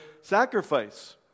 sacrifice